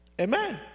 Amen